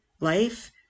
life